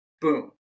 Boom